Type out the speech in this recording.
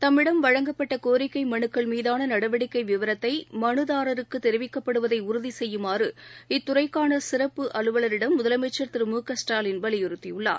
தம்மிடம் வழங்கப்பட்டகோரிக்கைமனுக்கள் மீதானநடவடிக்கைவிவரத்தைமனுதாரருக்குதெரிவிக்கப்படுவதைஉறுதிசெய்யுமாறு இத்துறைக்கானசிறப்பு அலுவலரிடம் முதலமைச்சர் திரு மு க ஸ்டாலின் வலியுறுத்தியுள்ளார்